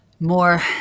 more